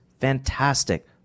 Fantastic